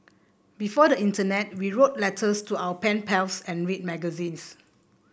before the internet we wrote letters to our pen pals and read magazines